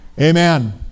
Amen